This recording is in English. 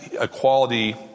equality